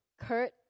Kurt